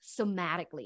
somatically